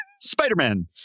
Spider-Man